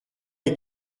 est